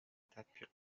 تطبیق